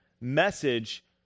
message